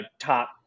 top